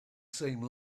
same